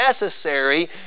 necessary